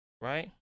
right